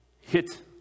hit